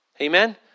Amen